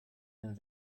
den